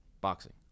BOXING